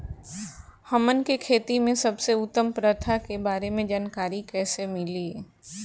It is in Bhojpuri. हमन के खेती में सबसे उत्तम प्रथा के बारे में जानकारी कैसे मिली?